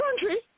country